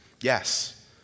Yes